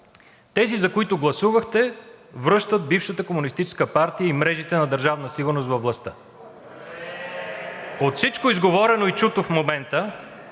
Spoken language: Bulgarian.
тези, за които гласувахте, връщат бившата Комунистическа партия и мрежите на Държавна сигурност във властта. От всичко изговорено и чуто до момента